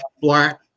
black